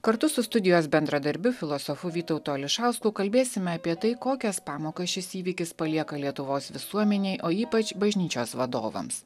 kartu su studijos bendradarbiu filosofu vytautu ališausku kalbėsim apie tai kokias pamokas šis įvykis palieka lietuvos visuomenei o ypač bažnyčios vadovams